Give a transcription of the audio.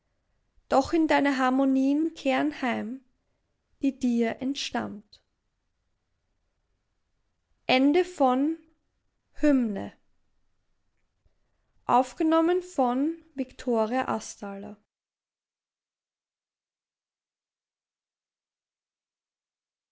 doch in deine harmonien kehren heim die dir entstammt